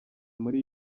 muri